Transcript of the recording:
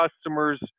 customers